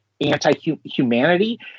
anti-humanity